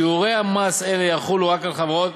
שיעורי מס אלה יחולו רק על חברות